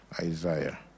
Isaiah